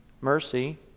mercy